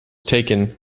taken